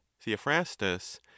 theophrastus